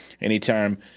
anytime